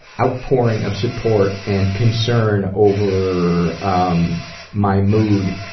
outpouring of support and concern over um my mood